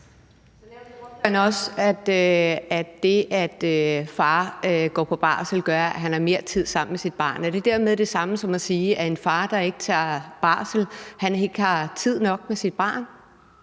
det, at far går på barsel, gør, at han har mere tid sammen med sit barn. Er det dermed det samme som at sige, at en far, der ikke tager barsel, ikke har tid nok med sit barn?